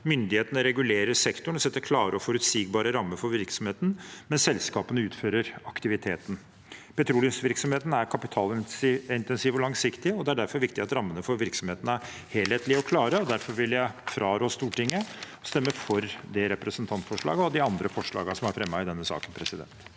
Myndighetene regulerer sektoren og setter klare og forutsigbare rammer for virksomheten, mens selskapene utfører aktiviteten. Petroleumsvirksomheten er kapitalintensiv og langsiktig, og det er derfor viktig at rammene for virksomhetene er helhetlige og klare. Derfor vil jeg fraråde Stortinget å stemme for dette representantforslaget og de andre forslagene som er fremmet i denne saken. Presidenten